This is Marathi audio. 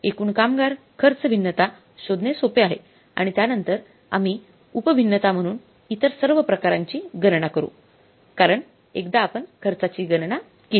एकूण कामगार खर्च भिन्नता शोधणे सोपे आहे आणि त्यानंतर आम्ही उप भिन्नता म्हणून इतर सर्व प्रकारांची गणना करू कारण एकदा आपण खर्चाची गणना केली